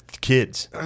kids